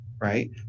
right